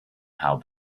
how